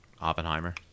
Oppenheimer